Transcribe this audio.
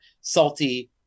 salty